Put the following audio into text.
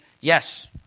yes